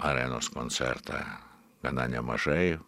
arenos koncertą gana nemažai